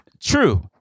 true